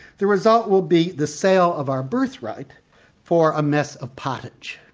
the result will be the sale of our birthright for a mess of pottage.